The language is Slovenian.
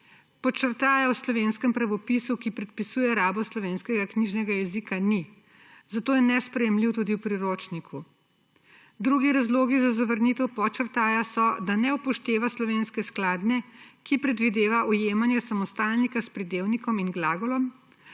Podčrtaja v Slovenskem pravopisu, ki predpisuje rabo slovenskega knjižnega jezika, ni, zato je nesprejemljiv tudi v priročniku. Drugi razlogi za zavrnitev podčrtaja so, da ne upošteva slovenske skladnje, ki predvideva ujemanje samostalnika s pridevnikom in glagolom,